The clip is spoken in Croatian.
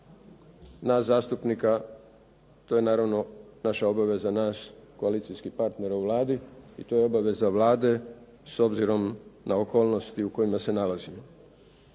nas zastupnika, to je naravno naša obaveza nas koalicijskih partnera u Vladi i to je obaveza Vlade s obzirom na okolnosti u kojima se nalazimo.